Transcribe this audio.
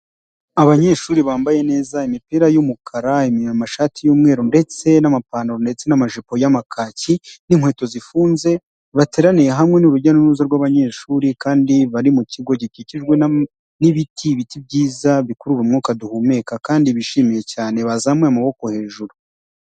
Abanyeshuri bambaye neza imipira y'umukara, amashati y'umweru ndetse n'amapantaro ndetse n'amajipo y'amakaki n'inkweto zifunze bateraniye hamwe. Ni urujya n'uruza rw'abanyeshuri kandi bari mu kigo gikikijwe n'ibiti, ibiti byiza bikurura umwuka duhumeka kandi bishimye cyane bazamuye amaboko hejuru.